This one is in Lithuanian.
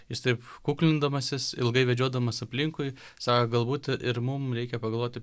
jis taip kuklindamasis ilgai vedžiodamas aplinkui sako galbūt ir mum reikia pagalvoti